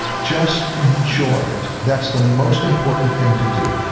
just enjoy it, that's the most important thing to do.